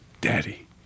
Daddy